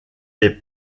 des